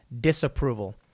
disapproval